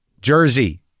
Jersey